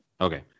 Okay